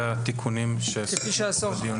ועל התיקונים שעשינו בעקבות הדיונים.